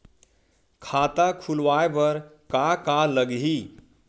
खाता खुलवाय बर का का लगही?